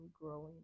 growing